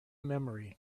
memory